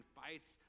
fights